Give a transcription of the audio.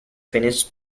finished